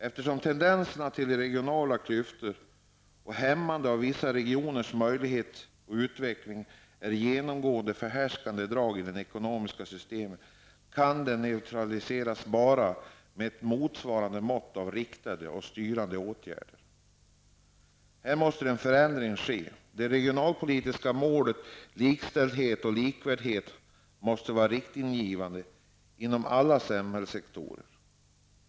Eftersom tendensen till regionala klyftor och hämmande av vissa regioners möjliga utveckling är ett genomgående förhärskande drag i det ekonomiska systemet, kan detta system neutraliseras bara med ett motsvarande mått av riktade och styrande åtgärder. Här måste en förändring ske. Det regionalpolitiska målet -- likställdhet och likvärdighet -- måste vara riktgivande inom alla samhällssektorer.